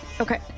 Okay